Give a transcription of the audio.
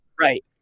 Right